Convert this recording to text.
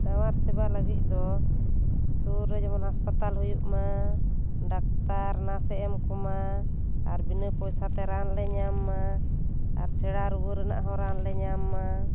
ᱥᱟᱶᱟᱨ ᱥᱮᱵᱟ ᱞᱟᱹᱜᱤᱫ ᱫᱚ ᱥᱩᱨ ᱨᱮ ᱡᱮᱢᱚᱱ ᱦᱟᱥᱯᱟᱛᱟᱞ ᱦᱩᱭᱩᱜ ᱢᱟ ᱰᱟᱠᱛᱟᱨ ᱱᱟᱨᱥ ᱮᱢ ᱠᱚᱢᱟ ᱟᱨ ᱵᱤᱱᱟ ᱯᱚᱭᱥᱟ ᱛᱮ ᱨᱟᱱ ᱞᱮ ᱧᱟᱢ ᱢᱟ ᱟᱨ ᱥᱮᱬᱟ ᱨᱩᱣᱟ ᱨᱮᱱᱟᱜ ᱦᱚᱸ ᱨᱟᱱ ᱞᱮ ᱧᱟᱢ ᱢᱟ